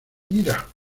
mira